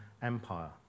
empire